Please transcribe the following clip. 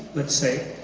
let's say,